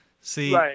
See